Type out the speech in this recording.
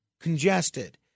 congested